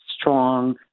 strong